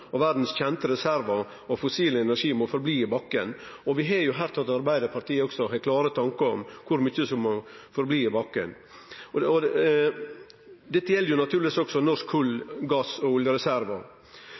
og 86 pst. av verdas kjente reservar av fossil energi må bli verande i bakken. Vi har òg høyrt at Arbeidarpartiet har klare tankar om kor mykje som må bli verande i bakken. Dette gjeld naturlegvis òg dei norske kull-, gass- og